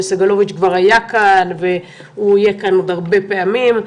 וסגלוביץ' כבר היה כאן והוא יהיה כאן עוד הרבה פעמים.